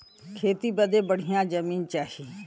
खेती बदे बढ़िया जमीन चाही